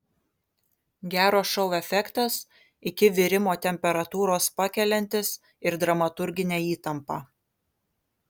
gero šou efektas iki virimo temperatūros pakeliantis ir dramaturginę įtampą